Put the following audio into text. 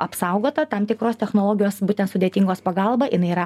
apsaugota tam tikros technologijos būtent sudėtingos pagalba jinai yra